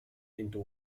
into